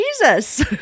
Jesus